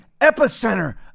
epicenter